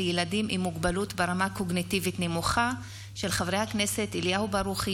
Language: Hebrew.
דיון מהיר בהצעתם של חברי הכנסת אליהו ברוכי,